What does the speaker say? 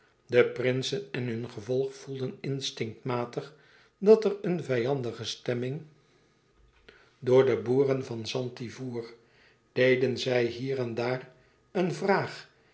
de prinsen en hun gevolg voelden instinctmatig dat er een vijandige stemming door de boeren van zanti voer deden zij hier en daar een vraag